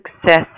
success